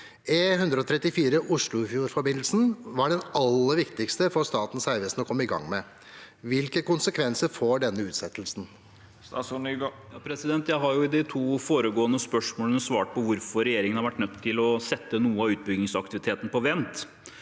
E134 Oslofjordforbindelsen var den aller viktigste for Statens vegvesen å komme i gang med. Hvilke konsekvenser får denne utsettelsen?» Statsråd Jon-Ivar Nygård Jeg har i de to foregående spørsmålene svart på hvorfor regjeringen har vært nødt til å sette noe av utbyggingsaktiviteten på vent.